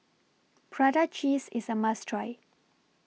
Prata Cheese IS A must Try